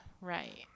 Right